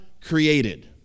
created